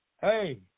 hey